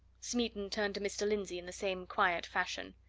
smeaton turned to mr. lindsey in the same quiet fashion.